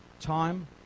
time